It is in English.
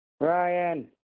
Ryan